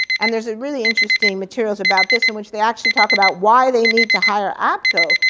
and there's a really interesting materials about this in which they actually talk about why they need to hire apco,